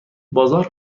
بازار